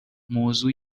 موضوع